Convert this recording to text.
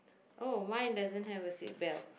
oh mine doesn't have a seat belt